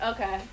Okay